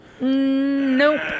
Nope